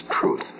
truth